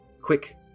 quick